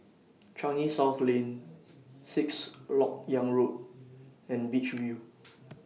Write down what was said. Changi South Lane Sixth Lok Yang Road and Beach View